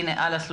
אני 23